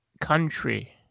country